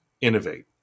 innovate